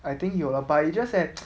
I think 有 lah but it's just that